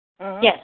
Yes